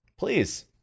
Please